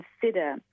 consider